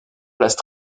place